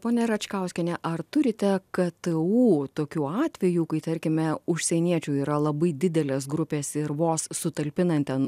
ponia račkauskiene ar turite ktu tokių atvejų kai tarkime užsieniečių yra labai didelės grupės ir vos sutalpinan ten